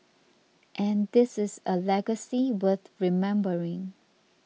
and this is a legacy worth remembering